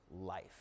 life